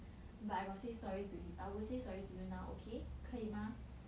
but I got say sorry to you I will say sorry to you now okay 可以 mah